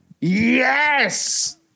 Yes